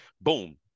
boom